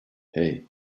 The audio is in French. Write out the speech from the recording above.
hey